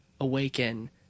awaken